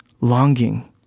longing